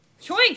choice